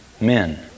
men